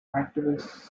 activists